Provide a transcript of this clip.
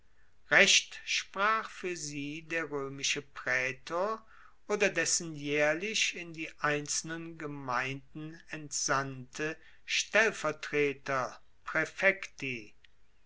recht sprach fuer sie der roemische praetor oder dessen jaehrlich in die einzelnen gemeinden entsandte stellvertreter